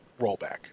rollback